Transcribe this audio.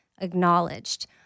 acknowledged